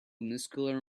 muscular